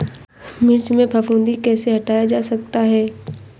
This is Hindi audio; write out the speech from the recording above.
मिर्च में फफूंदी कैसे हटाया जा सकता है?